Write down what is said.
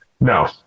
No